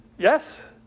Yes